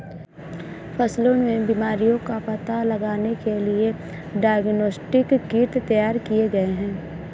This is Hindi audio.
फसलों में बीमारियों का पता लगाने के लिए डायग्नोस्टिक किट तैयार किए गए हैं